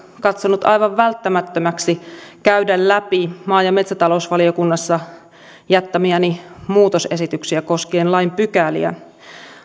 katsonut aivan välttämättömäksi käydä läpi maa ja metsätalousvaliokunnassa jättämiäni muutosesityksiä koskien lain pykäliä